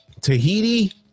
Tahiti